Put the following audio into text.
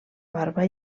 barba